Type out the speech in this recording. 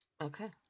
Okay